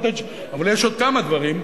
אבל יש עוד כמה דברים,